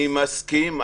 אני מסכים,